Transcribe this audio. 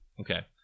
Okay